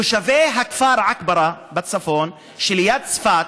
תושבי הכפר עכברא בצפון, שליד צפת,